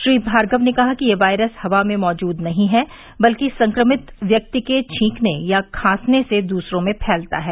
श्री भार्गव ने कहा कि यह वायरस हवा में मौजूद नहीं है बल्कि संक्रमित व्यक्ति के छींकने या खांसने से दूसरों में फैलता है